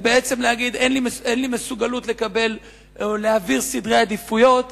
זה בעצם להגיד: אין לי מסוגלות לקבל או להעביר סדרי עדיפויות,